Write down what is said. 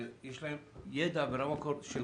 הכי יעיל מבחינת הפריסה היה להגיד ברמת בניין,